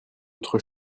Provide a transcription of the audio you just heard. autre